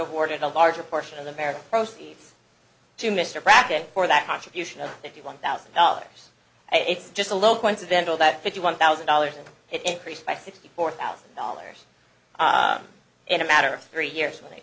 awarded a larger portion of america proceeds to mr brackett for that contribution of fifty one thousand dollars it's just a little coincidental that fifty one thousand dollars it increased by sixty four thousand dollars in a matter of three years when they